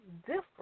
different